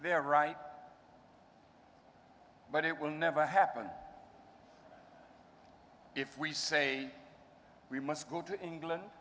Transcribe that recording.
their right but it will never happen if we say we must go to england